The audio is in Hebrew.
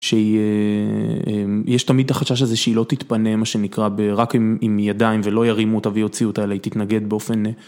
שיש תמיד את החשש הזה שהיא לא תתפנה מה שנקרא רק עם ידיים ולא ירימו אותה ויוציאו אותה אלא היא תתנגד באופן.